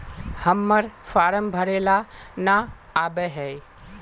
हम्मर फारम भरे ला न आबेहय?